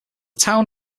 town